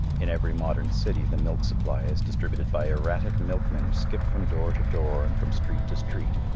in every modern city the milk supply is distributed by erratic milkmen who skip from door to door and from street to street,